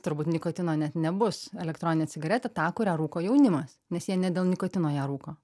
turbūt nikotino net nebus elektroninė cigaretė tą kurią rūko jaunimas nes jie ne dėl nikotino ją rūko